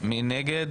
מי נגד,